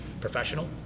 professional